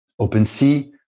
OpenSea